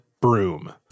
broom